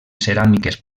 ceràmiques